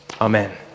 Amen